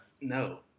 No